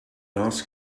ask